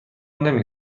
نمی